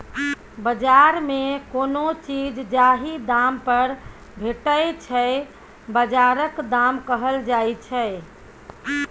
बजार मे कोनो चीज जाहि दाम पर भेटै छै बजारक दाम कहल जाइ छै